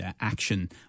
action